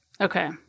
okay